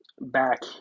back